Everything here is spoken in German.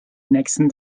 nächsten